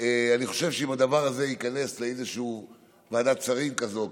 אני חושב שאם הדבר הזה ייכנס לוועדת שרים כזאת,